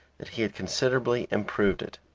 that he had considerably improved it.